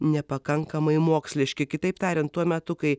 nepakankamai moksliški kitaip tariant tuo metu kai